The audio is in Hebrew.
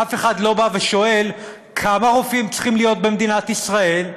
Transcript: אף אחד לא בא ושואל כמה רופאים צריכים להיות במדינת ישראל,